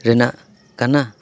ᱨᱮᱱᱟᱜ ᱠᱟᱱᱟ